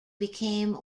became